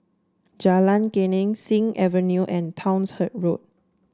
Jalan Geneng Sing Avenue and Townshend Road